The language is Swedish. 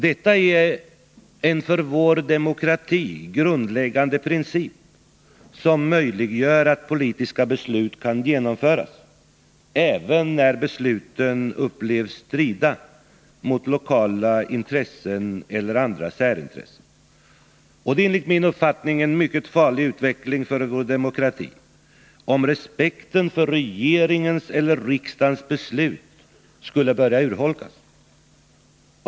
Detta är en för vår demokrati grundläggande princip, som möjliggör att politiska beslut kan genomföras, även när besluten upplevs strida mot lokala intressen eller andra särintressen. Det är enligt min uppfattning en mycket farlig utveckling för vår demokrati, om respekten för regeringens eller riksdagens beslut skulle börja urholkas.